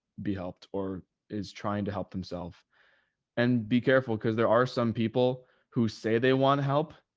be helped or is trying to help themselves and be careful because there are some people who say they want help,